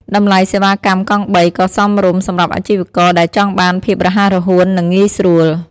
តម្លៃសេវាកម្មកង់បីក៏សមរម្យសម្រាប់អាជីវករដែលចង់បានភាពរហ័សរហួននិងងាយស្រួល។